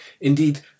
Indeed